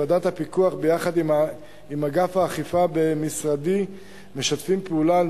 ועדת הפיקוח ואגף האכיפה במשרדי משתפים פעולה על